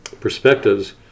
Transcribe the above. perspectives